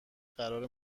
قرار